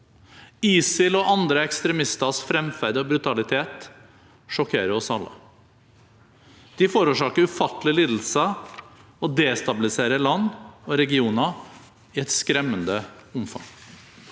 ISILs og andre ekstremisters framferd og brutalitet sjokkerer oss alle. De forårsaker ufattelige lidelser, og destabiliserer land og regioner i et skremmende omfang.